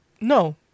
no